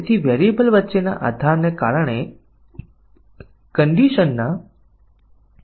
આ ખૂબ જ નાનો પ્રોગ્રામ અને આપણે જાણીએ છીએ કે આ બંને માટે આ સાચું હોવાથી આ લૂપમાં દાખલ થાય છે